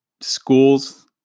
schools